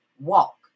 walk